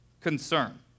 concern